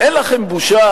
אין לכם בושה?